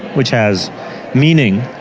which has meaning.